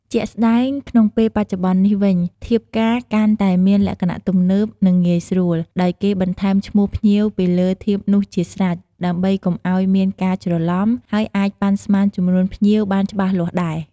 ជាក់ស្ដែង ក្នុងពេលបច្ចុប្បន្ននេះវិញ ធៀបការកាន់តែមានលក្ខណៈទំនើប និងងាយស្រួល ដោយគេបន្ថែមឈ្មោះភ្ញៀវពីលើធៀបនោះជាស្រេច ដើម្បីកុំឱ្យមានការច្រឡំ ហើយអាចប៉ាន់ស្មានចំនួនភ្ញៀវបានច្បាស់លាស់ដែរ។